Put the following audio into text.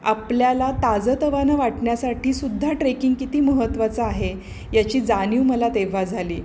आपल्याला ताजंतवानं वाटण्यासाठी सुद्धा ट्रेकिंग किती महत्त्वाचं आहे याची जाणीव मला तेव्हा झाली